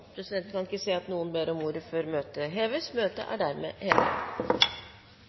noen ordet før møtet heves? – Møtet er